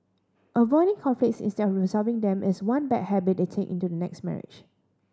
avoiding conflicts instead of resolving them is one bad habit they take into the next marriage